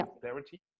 clarity